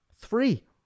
Three